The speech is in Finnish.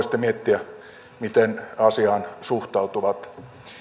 sitten miettiä miten asiaan suhtautuvat